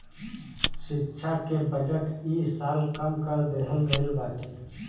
शिक्षा के बजट इ साल कम कर देहल गईल बाटे